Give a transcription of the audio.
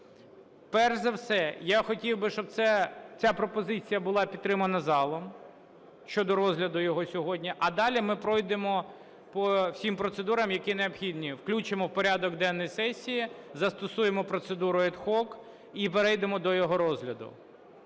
Перш за все я хотів би, щоб ця пропозиція була підтримана залом щодо розгляду його сьогодні. А далі ми пройдемо по всім процедурам, які необхідні: включимо в порядок денний сесії, застосуємо процедуру ad hoc і перейдемо до його розгляду.